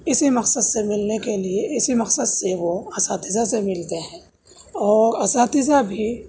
اسی مقصد سے ملنے کے لیے اسی مقصد سے وہ اساتذہ سے ملتے ہیں اور اساتذہ بھی